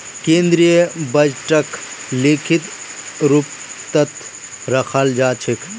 केन्द्रीय बजटक लिखित रूपतत रखाल जा छेक